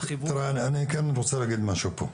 אני רוצה להגיד משהו פה.